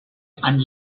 and